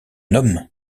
homme